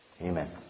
Amen